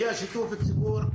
היה שיתוף הציבור,